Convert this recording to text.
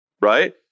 right